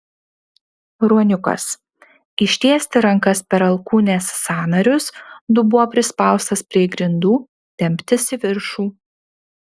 ruoniukas ištiesti rankas per alkūnės sąnarius dubuo prispaustas prie grindų temptis į viršų